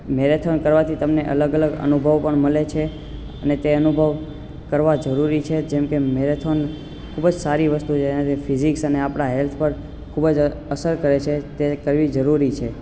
marathon કરવાથી તમને અલગ અલગ અનુભવ પણ મળે છે અને તે અનુભવ કરવા જરૂરી છે જેમકે મેરેથોન ખૂબ જ સારી વસ્તુ છે એનાથી ફિજિકસને આપણા હેલ્થ પર ખૂબ જ અસર કરે છે તે કરવી જરૂરી છે